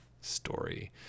story